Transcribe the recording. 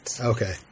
Okay